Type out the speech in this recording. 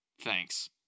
Thanks